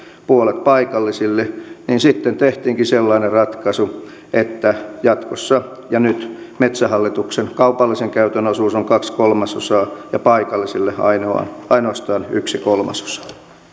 puolet paikallisille niin sitten tehtiinkin sellainen ratkaisu että jatkossa eli nyt metsähallituksen kaupallisen käytön osuus on kaksi kolmasosaa ja paikallisille ainoastaan yksi kolmasosa